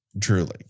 truly